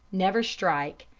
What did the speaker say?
never strike,